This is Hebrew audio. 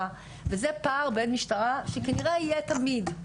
וזה פער בין משטרה שכנראה יהיה תמיד,